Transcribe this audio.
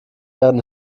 während